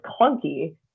clunky